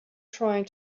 trying